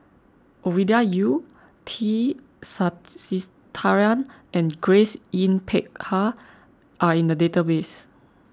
Ovidia Yu T Sasitharan and Grace Yin Peck Ha are in the database